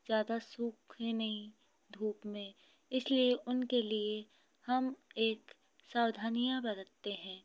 ज्यादा सूखे नहीं धूप में इसलिए उनके लिए हम एक सावधानियाँ बरतते हैं